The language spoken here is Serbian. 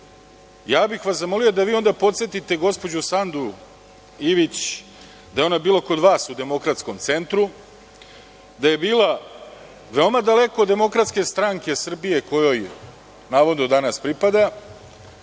ja bih vas zamolio da vi onda podsetite gospođu Sandu Ivić da je ona bila kod vas u demokratskom centru, da je bila veoma daleko od DSS kojoj navodno danas pripada,